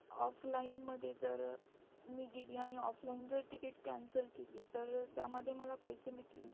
ऑफलाईनमध्ये जर मी गेले आणि ऑफलाईन जर तिकीट कॅन्सल केली तर त्यामध्ये मला पैसे मिक